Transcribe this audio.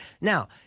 now